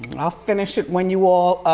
and i'll finish it when you all